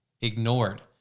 ignored